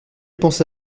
pensé